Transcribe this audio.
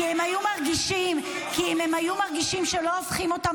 כי אם הם היו מרגישים שלא הופכים אותם